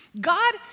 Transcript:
God